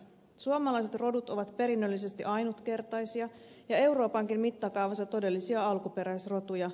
suomalaiset rodut ovat perinnöllisesti ainutkertaisia ja euroopankin mittakaavassa todellisia alkuperäisrotuja